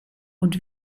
und